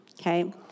okay